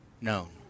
known